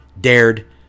dared